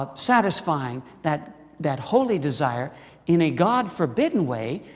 ah satisfying that that holy desire in a god-forbidden way,